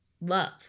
love